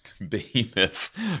behemoth